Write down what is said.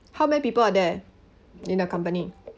how many people are there in the company